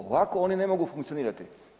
Ovako oni ne mogu funkcionirati.